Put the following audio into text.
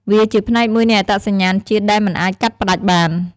វាជាផ្នែកមួយនៃអត្តសញ្ញាណជាតិដែលមិនអាចកាត់ផ្ដាច់បាន។